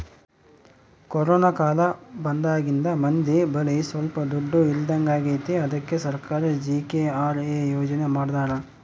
corona ಕಾಲ ಬಂದಾಗಿಂದ ಮಂದಿ ಬಳಿ ಸೊಲ್ಪ ದುಡ್ಡು ಇಲ್ದಂಗಾಗೈತಿ ಅದ್ಕೆ ಸರ್ಕಾರ ಜಿ.ಕೆ.ಆರ್.ಎ ಯೋಜನೆ ಮಾಡಾರ